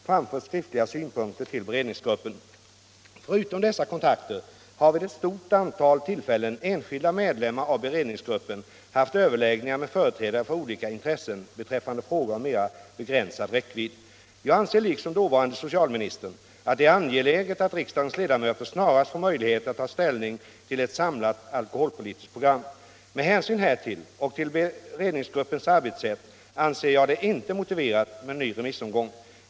25 november 1976 Förutom dessa kontakter har vid ett stort antal tillfällen enskilda med lemmar av beredningsgruppen haft överläggningar med företrädare för Om remissbehandolika intressen beträffande frågor av mera begränsad räckvidd. ling av förslaget från Jag anser liksom dåvarande socialministern att det är angeläget att = beredningsgruppen riksdagens ledamöter snarast får möjlighet att ta ställning till ett samlat — avseende alkoholalkoholpolitiskt program. Med hänsyn härtill och till beredningsgruppens = politiken arbetssätt anser jag det inte motiverat med en ny remissomgång.